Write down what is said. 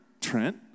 Trent